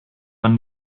man